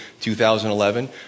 2011